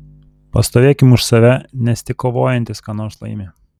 pastovėkim už save nes tik kovojantys ką nors laimi